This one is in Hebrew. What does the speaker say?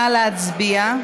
נא להצביע.